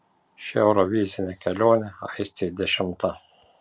ši eurovizinė kelionė aistei dešimta